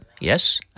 Yes